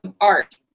art